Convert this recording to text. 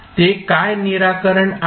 ते काय निराकरण आहेत